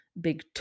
big